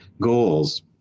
goals